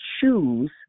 choose